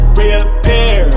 reappear